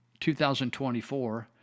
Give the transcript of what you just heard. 2024